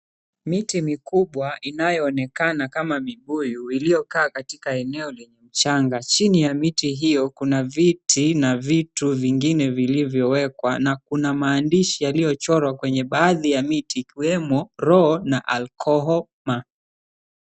Miti mikubwa inayoonekana kama mibuyu iliyo kaa katika eneo lenye mchanga chini ya miti hiyo kuna viti na vitu vingine vilivyowekwa na kuna maandishi yaliyochorwa kwenye baadhi ya miti ikiwemo roho na makoma.